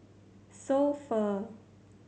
So Pho